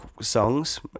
songs